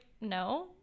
no